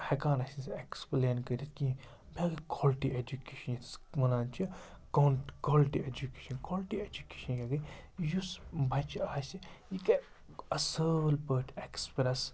ہٮ۪کان اَسہِ نہٕ اٮ۪کٕسپٕلین کٔرِتھ کِہیٖنۍ بیٚیہِ گٔے کالٹی اٮ۪جُکیشَن یَتھ وَنان چھِ کان کالٹی اٮ۪جُکیشَن کالٹی اٮ۪جُکیشَن یہِ گٔے یُس بَچہِ آسہِ یہِ گٔے اَصۭل پٲٹھۍ اٮ۪کٕسپرٮ۪س